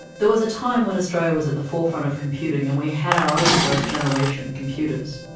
there was a time when australia was at the forefront of computing and we had our own first generations computers.